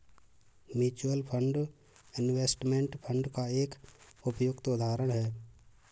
mutual fund investment fund का एक उपयुक्त उदाहरण है